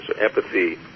Empathy